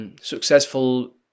Successful